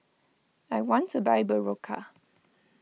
I want to buy Berocca